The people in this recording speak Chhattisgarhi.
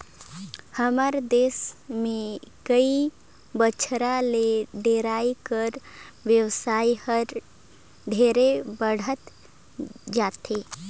हमर देस में कई बच्छर ले डेयरी कर बेवसाय हर ढेरे बढ़हत जाथे